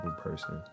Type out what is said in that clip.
person